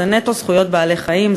זה נטו זכויות בעלי-חיים,